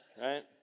right